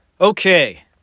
Okay